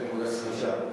בבקשה.